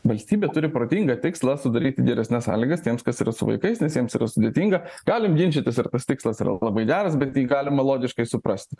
valstybė turi protingą tikslą sudaryti geresnes sąlygas tiems kas yra su vaikais nes jiems yra sudėtinga galim ginčytis ar tas tikslas yra labai geras bet jį galima logiškai suprasti